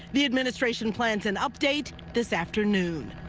the administration plans an update this afternoon.